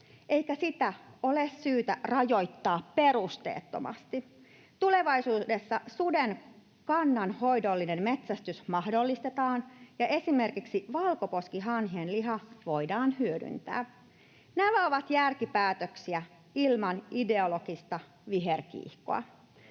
eikä sitä ole syytä rajoittaa perusteettomasti. Tulevaisuudessa suden kannanhoidollinen metsästys mahdollistetaan ja esimerkiksi valkoposkihanhien liha voidaan hyödyntää. Nämä ovat järkipäätöksiä ilman ideologista viherkiihkoa.